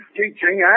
teaching